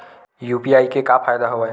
UPI के का फ़ायदा हवय?